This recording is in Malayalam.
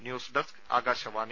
news desk Akashvani